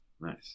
Nice